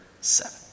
seven